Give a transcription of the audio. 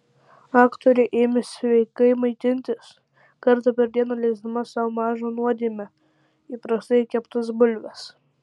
aktorė ėmė sveikai maitintis kartą per dieną leisdama sau mažą nuodėmę įprastai keptas bulves